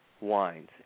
wines